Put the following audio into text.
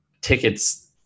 tickets